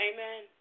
Amen